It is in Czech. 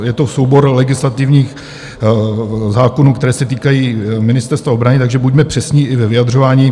Je to soubor legislativních zákonů, které se týkají Ministerstva obrany, takže buďme přesní i ve vyjadřování.